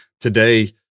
today